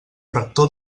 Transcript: rector